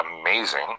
amazing